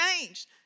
changed